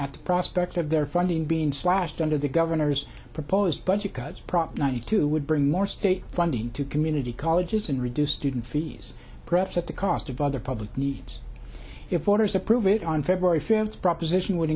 the prospect of their funding being slashed under the governor's proposed budget cuts prop ninety two would bring more state funding to community colleges and reduce student fees perhaps at the cost of other public needs if foreigners approve it on february fifth proposition would